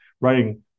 writing